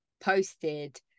posted